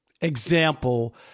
example